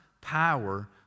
power